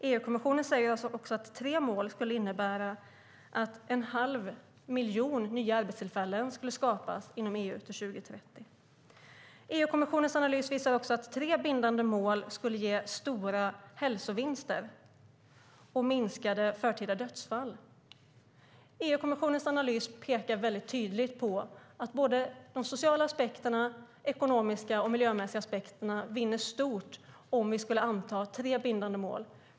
EU-kommissionen säger att tre mål också skulle innebära att en halv miljon nya arbetstillfällen skulle skapas inom EU till 2030. EU-kommissionens analys visar också att tre bindande mål skulle ge stora hälsovinster och färre förtida dödsfall. EU-kommissionens analys pekar väldigt tydligt på att såväl de sociala och de ekonomiska som de miljömässiga aspekterna vinner stort på att vi antar tre bindande mål.